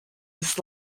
his